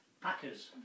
Packers